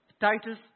Titus